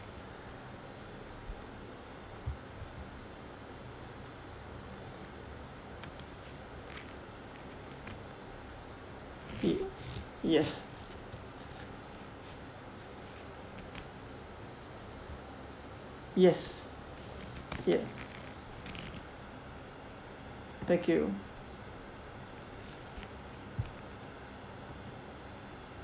ye~ yes yes ya thank you